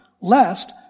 lest